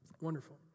Wonderful